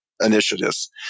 initiatives